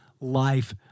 life